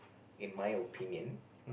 in my opinion